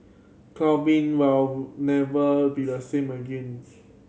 clubbing will never be the same again